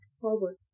forward